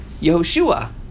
Yehoshua